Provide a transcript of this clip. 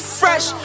fresh